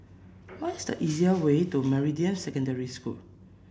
what is the easier way to Meridian Secondary School